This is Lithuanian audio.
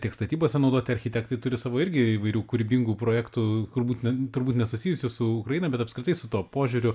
tiek statybose naudoti architektai turi savo irgi įvairių kūrybingų projektų kur būtina turbūt nesusijusi su ukraina bet apskritai su tuo požiūriu